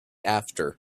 after